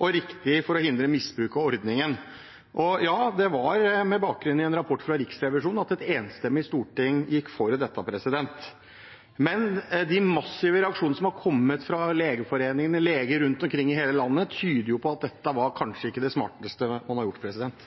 og riktig for å hindre misbruk av ordningen. Og ja, det var med bakgrunn i en rapport fra Riksrevisjonen at et enstemmig storting gikk inn for dette, men de massive reaksjonene som har kommet fra Legeforeningen og leger rundt omkring i hele landet, tyder på at dette kanskje ikke var det smarteste man har gjort.